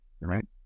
right